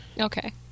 okay